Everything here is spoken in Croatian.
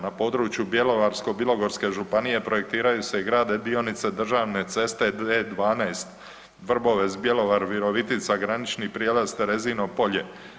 Na području Bjelovarsko-bilogorske županije projektiraju se i grade dionice državne ceste D12 Vrbovec – Bjelovar – Virovitica, Granični prijelaz Terezino Polje.